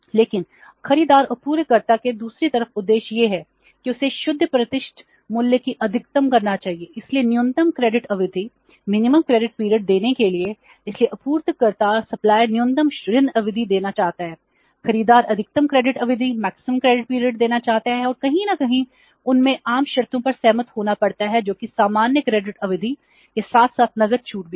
लेकिन खरीदार आपूर्तिकर्ता के दूसरी तरफ उद्देश्य यह है कि उसे शुद्ध प्रतिशत मूल्य को अधिकतम करना चाहिए इसलिए न्यूनतम क्रेडिट अवधि के साथ साथ नकद छूट भी है